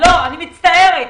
אני מצטערת.